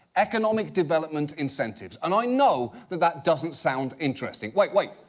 economic development incentives. and i know that that doesn't sound interesting. wait, wait,